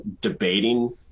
debating